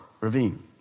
ravine